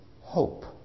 hope